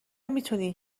میتونی